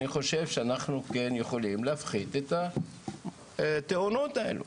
אני חושב שאנחנו כן יכולים להפחית את התאונות האלה.